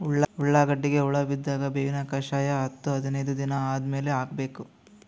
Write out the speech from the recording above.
ಉಳ್ಳಾಗಡ್ಡಿಗೆ ಹುಳ ಬಿದ್ದಾಗ ಬೇವಿನ ಕಷಾಯ ಹತ್ತು ಹದಿನೈದ ದಿನ ಆದಮೇಲೆ ಹಾಕಬೇಕ?